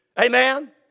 Amen